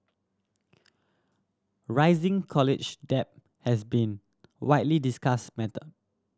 rising college debt has been widely discussed matter